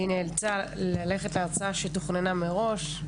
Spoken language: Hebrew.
שהיא נאלצה ללכת להרצאה שתוכננה מראש.